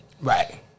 Right